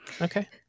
Okay